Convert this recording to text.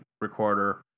recorder